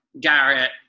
Garrett